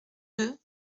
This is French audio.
deux